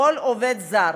כל עובד זר